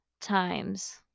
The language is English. times